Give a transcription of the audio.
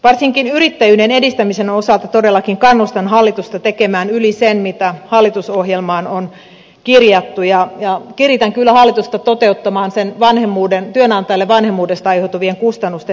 varsinkin yrittäjyyden edistämisen osalta todellakin kannustan hallitusta tekemään yli sen mitä hallitusohjelmaan on kirjattu ja kiritän kyllä hallitusta toteuttamaan sen työnantajalle vanhemmuudesta aiheutuvien kustannusten tasaamisen